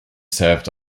served